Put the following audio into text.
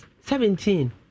Seventeen